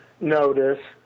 notice